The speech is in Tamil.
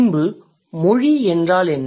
முன்பு மொழி என்றால் என்ன